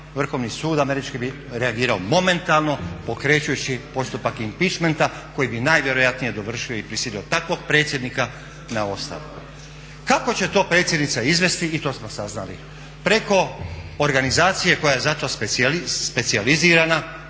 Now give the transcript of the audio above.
Vrhovni sud američki bi reagirao momentalno pokrećući postupak … koji bi najvjerojatnije dovršio i prisilio takvog predsjednika na ostavku. Kako će to predsjednica izvesti i to smo saznali, preko organizacije koja je za to specijalizirana,